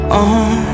on